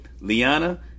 Liana